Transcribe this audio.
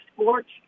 sports